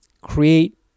create